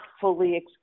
fully